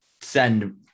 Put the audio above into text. send